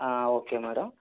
okay madam